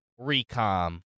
recom